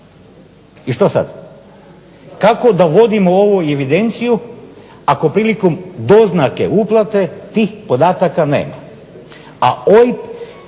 I što sad? Kako da vodimo ovu evidenciju ako prilikom doznake uplate tih podataka nema,